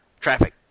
Traffic